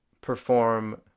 perform